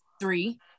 three